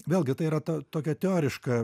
vėlgi tai yra ta tokia teoriška